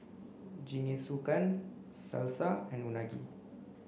Jingisukan Salsa and Unagi